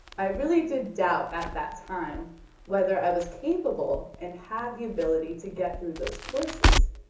i really did doubt at that time whether i was capable and had the ability to get through those classes,